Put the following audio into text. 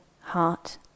heart